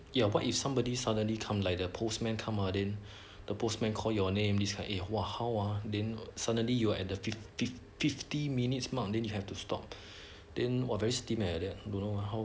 ya but if somebody suddenly come like the postman come ah then the postman call your name this kind eh how ah then suddenly you are at the fifth~ fifty minutes mark then you have to stop then !wah! very steam eh like that